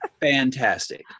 fantastic